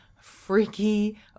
freaky